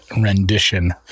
rendition